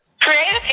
Creative